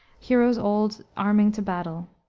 heroes old arming to battle.